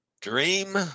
dream